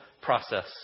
process